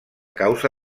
causa